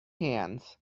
hands